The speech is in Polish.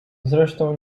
zresztą